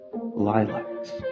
Lilacs